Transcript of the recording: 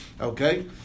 okay